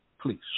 Please